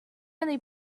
only